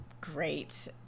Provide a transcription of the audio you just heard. Great